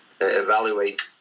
evaluate